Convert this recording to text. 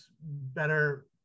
better